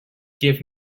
give